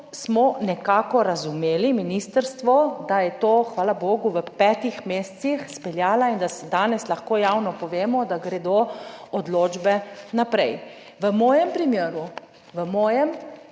smo nekako razumeli ministrstvo, da je to hvala bogu v petih mesecih speljala, in da danes lahko javno povemo, da gredo odločbe naprej. V mojem primeru, v mojem